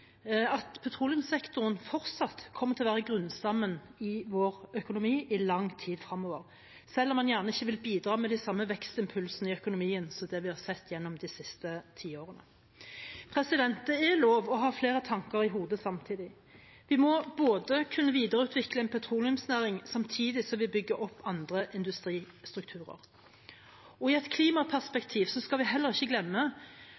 at petroleumssektoren fortsatt kommer til å være grunnstammen i vår økonomi i lang tid fremover, selv om den gjerne ikke vil bidra til de samme vekstimpulsene i økonomien som det vi har sett gjennom de siste tiårene. Det er lov å ha flere tanker i hodet samtidig. Vi må både kunne videreutvikle en petroleumsnæring samtidig som vi bygger opp andre industristrukturer. Og i et klimaperspektiv skal vi heller ikke glemme